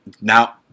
now